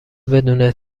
بدون